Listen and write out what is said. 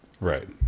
Right